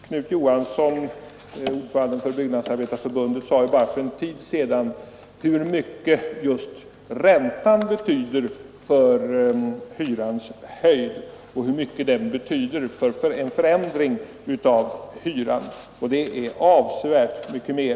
Knut Johansson, ordföranden i Byggnadsarbetareförbundet, påvisade för en liten tid sedan hur mycket just räntan betyder för hyrans höjd och hur mycket den betyder för en förändring av hyreskostnaderna. Det är avsevärt mycket mer.